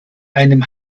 einem